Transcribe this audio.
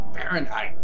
Fahrenheit